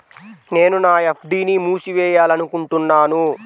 నేను నా ఎఫ్.డీ ని మూసివేయాలనుకుంటున్నాను